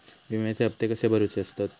विम्याचे हप्ते कसे भरुचे असतत?